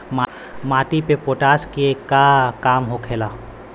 माटी में पोटाश के का काम होखेला?